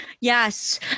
yes